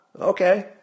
okay